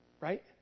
right